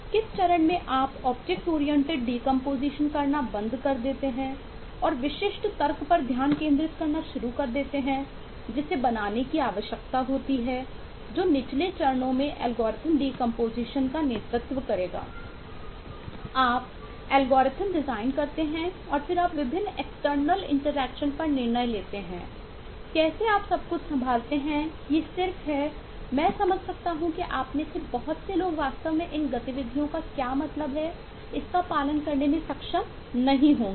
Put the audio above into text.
किस चरण में आप ऑब्जेक्ट ओरिएंटेड डीकंपोजीशन पर निर्णय लेते हैं कैसे आप सब कुछ संभालते हैं ये सिर्फ हैं मैं समझ सकता हूं कि आप में से बहुत से लोग वास्तव में इन गतिविधियों का क्या मतलब है इस का पालन करने में सक्षम नहीं हो सकते हैं